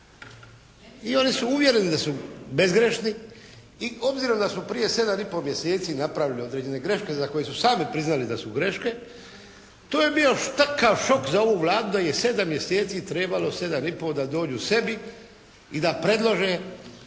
I oni su uvjereni da su bezgrešni i obzirom da su prije 7 i pol mjeseci napravili određene greške za koje su sami priznali da su greške, to je bio takav šok za ovu Vladu da je 7 mjeseci trebalo, 7 i pol da dođu sebi i da predlože